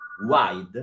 wide